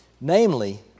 namely